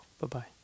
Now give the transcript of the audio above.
Bye-bye